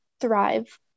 thrive